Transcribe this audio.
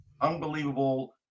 unbelievable